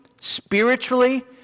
spiritually